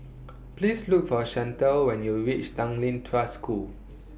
Please Look For Chantal when YOU REACH Tanglin Trust School